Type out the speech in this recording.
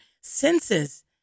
senses